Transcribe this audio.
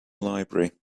library